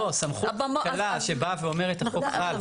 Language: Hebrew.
לא, סמכות קלה שבאה ואומרת החוק חל.